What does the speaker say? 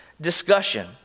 discussion